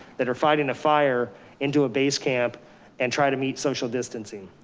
that are fighting a fire into a base camp and try to meet social distancing.